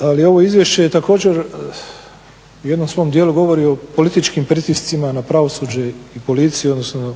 ali ovo izvješće je također u jednom svom dijelu govori o političkim pritiscima na pravosuđe i policiju, odnosno